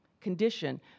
condition